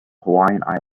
hawaiian